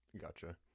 Gotcha